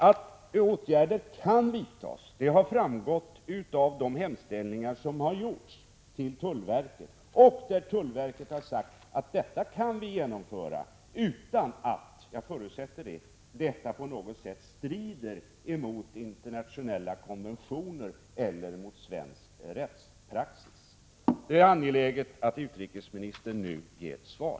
Att åtgärder kan vidtas har framgått av de hemställanden som har gjorts till tullverket där man har sagt att åtgärder kan sättas in utan att — jag förutsätter det — det strider mot internationella konventioner eller mot svensk rättspraxis. Det är angeläget att utrikesministern nu ger ett svar.